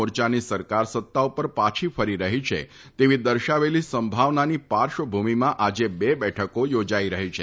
મોરચાની સરકાર સત્તા પર પાછી ફરી રહી છે તેવી દર્શાવેલી સંભાવનાની પાર્શ્વભૂમિમાં આજે બે બેઠકો યોજાઇ રહી છે